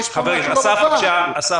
אסף, בקשה.